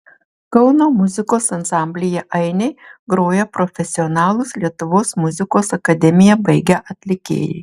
kauno muzikos ansamblyje ainiai groja profesionalūs lietuvos muzikos akademiją baigę atlikėjai